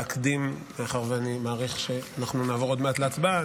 מאחר שאני מעריך שנעבור עוד מעט להצבעה,